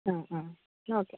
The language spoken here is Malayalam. ആ ആ ഓക്കെ